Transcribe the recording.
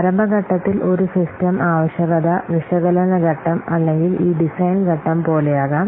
പ്രാരംഭ ഘട്ടത്തിൽ ഒരു സിസ്റ്റം ആവശ്യകത വിശകലന ഘട്ടം അല്ലെങ്കിൽ ഈ ഡിസൈൻ ഘട്ടം പോലെയാകാം